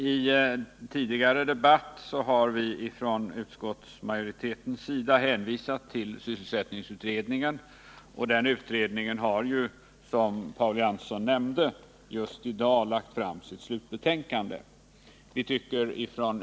I tidigare debatter har vi från utskottsmajoritetens sida hänvisat till sysselsättningsutredningen, och denna har som Paul Jansson nämnde just i dag lagt fram sitt slutbetänkande.